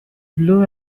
blow